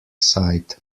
side